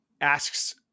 asks